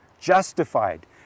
Justified